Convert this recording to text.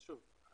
שוב,